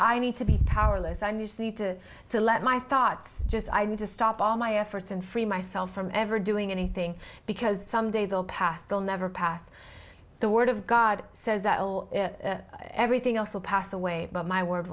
i need to be powerless i'm you see to to let my thoughts just i need to stop all my efforts and free myself from ever doing anything because some day they'll pass they'll never pass the word of god says that everything else will pass away but my word